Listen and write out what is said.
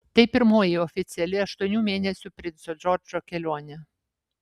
tai pirmoji oficiali aštuonių mėnesių princo džordžo kelionė